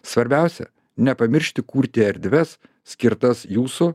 svarbiausia nepamiršti kurti erdves skirtas jūsų